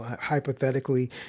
hypothetically